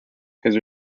his